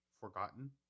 Forgotten